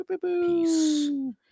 Peace